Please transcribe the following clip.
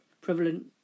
prevalent